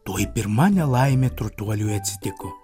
tuoj pirma nelaimė turtuoliui atsitiko